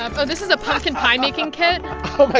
ah oh, this is a pumpkin-pie-making kit oh, but